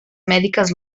mèdiques